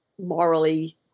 morally